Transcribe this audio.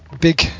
big